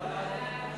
לאור האמור